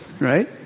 right